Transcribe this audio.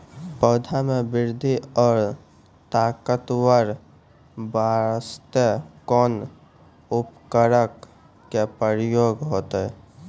पौधा मे बृद्धि और ताकतवर बास्ते कोन उर्वरक के उपयोग होतै?